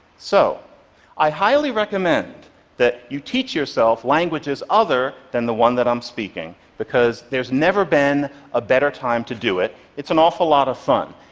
so i highly recommend that you teach yourself languages other than the one that i'm speaking, because there's never been a better time to do it. it's an awful lot of fun.